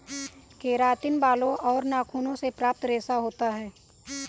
keratin बालों और नाखूनों से प्राप्त रेशा होता है